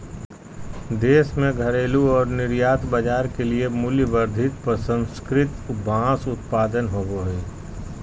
देश में घरेलू और निर्यात बाजार के लिए मूल्यवर्धित प्रसंस्कृत बांस उत्पाद होबो हइ